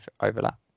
overlap